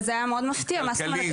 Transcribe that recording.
וזה היה מאוד מפתיע --- זה כלכלי,